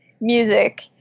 music